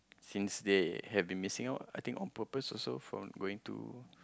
since they have been missing out on purpose also from going to